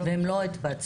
והן לא התבצעו.